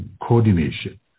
coordination